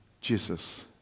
Jesus